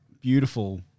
beautiful